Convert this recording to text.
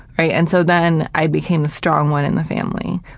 right? and so, then i become the strong one in the family.